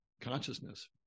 consciousness